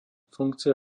funkcia